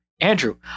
Andrew